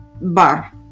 bar